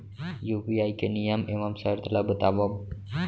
UPI के नियम एवं शर्त ला बतावव